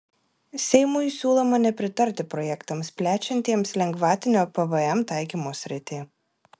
seimui siūloma nepritarti projektams plečiantiems lengvatinio pvm taikymo sritį